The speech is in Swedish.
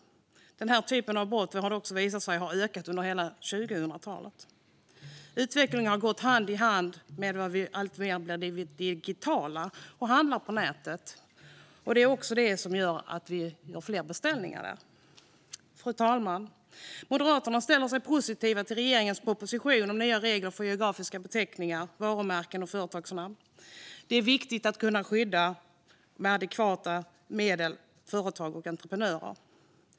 Denna typ av brott har också visat sig öka under hela 2000-talet. Utvecklingen har gått hand i hand med att vi blir alltmer digitala och handlar på nätet och gör fler beställningar där. Fru talman! Moderaterna ställer sig positiva till regeringens proposition om nya regler för geografiska beteckningar, varumärken och företagsnamn. Det är viktigt att med adekvata medel kunna skydda företag och entreprenörer.